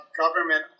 government